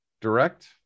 direct